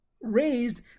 raised